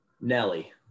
Nelly